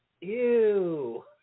ew